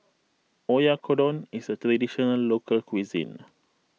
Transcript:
Oyakodon is a Traditional Local Cuisine